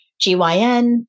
GYN